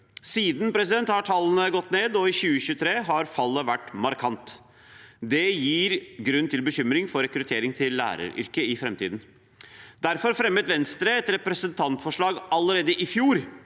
Siden har tallene gått ned, og i 2023 har fallet vært markant. Det gir grunn til bekymring for rekrutteringen til læreryrket i framtiden. Derfor fremmet Venstre et representantforslag allerede i fjor